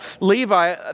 Levi